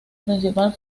principal